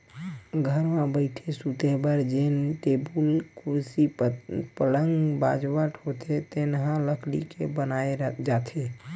घर म बइठे, सूते बर जेन टेबुल, कुरसी, पलंग, बाजवट होथे तेन ह लकड़ी के बनाए जाथे